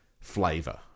flavor